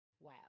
wow